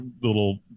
little